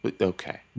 Okay